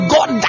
God